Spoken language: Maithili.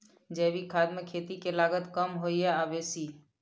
जैविक खाद मे खेती के लागत कम होय ये आ बेसी?